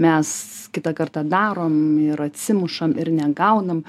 mes kitą kartą darom ir atsimušam ir negaunam